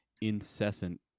incessant